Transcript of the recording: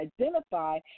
identify